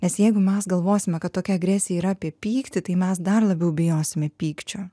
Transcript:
nes jeigu mes galvosime kad tokia agresija yra apie pyktį tai mes dar labiau bijosime pykčio